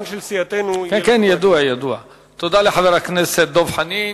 תודה לחבר הכנסת דב חנין.